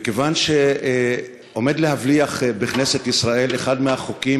מכיוון שעומד להבליח בכנסת ישראל אחד מהחוקים